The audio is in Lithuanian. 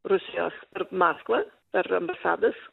rusijos maskvą per ambasadas